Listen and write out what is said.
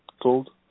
Gold